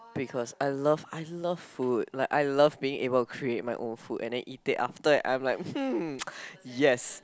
because I love I love food like I love being able to create my own food and then eat it after it I'm like hmm yes